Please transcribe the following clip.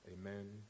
Amen